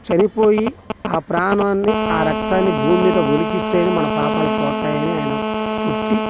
చనిపోయి ఆ ప్రాణాన్ని ఆ రక్తాన్ని భూమ్మీద ఒలికిస్తేనే మన పాపాలు పోతాయని ఆయన పుట్టి